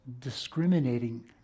discriminating